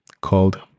called